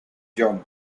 john